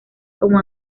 como